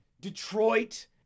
Detroit